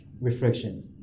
reflections